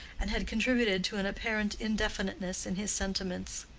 and had contributed to an apparent indefiniteness in his sentiments.